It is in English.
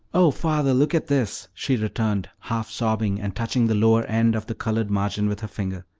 oh, father, look at this, she returned, half-sobbing, and touching the lower end of the colored margin with her finger.